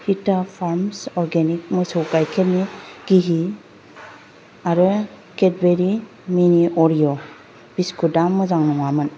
हिता farms organic मोसौ गायखेरनि गिहि आरो केडबेरि मिनि अरिअ बिस्कुट आ मोजां नङामोन